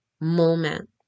moment